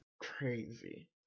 Crazy